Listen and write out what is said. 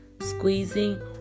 squeezing